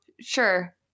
sure